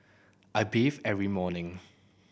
I bathe every morning